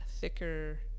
thicker